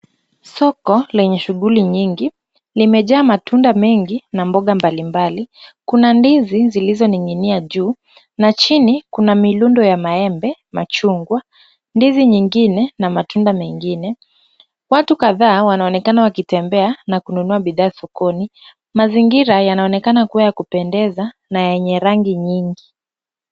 Soko lenye shughuli nyingi limejaa matunda mengi na mboga mbalimbali. kuna ndizi zilizoning'inia juu na chini kuna mirundo ya maembe, machungwa ,ndizi nyingine na matunda mengine. Watu kadhaa wanaonekana wakitembea na kununua bidhaa sokoni. Mazingira yanaonekana kuwa ya kupendeza na yenye rangi nyingi.